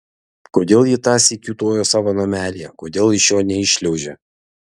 kodėl ji tąsyk kiūtojo savo namelyje kodėl iš jo neiššliaužė